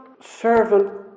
servant